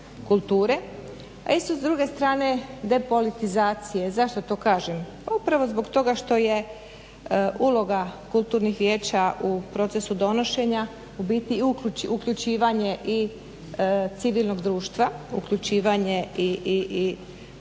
a isto s druge strane depolitizacije. Zašto to kažem? Upravo zbog toga što je uloga kulturnih vijeća u procesu donošenja, ubiti uključivanje i civilnog društva, uključivanje i drugih